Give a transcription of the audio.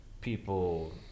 people